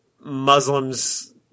Muslims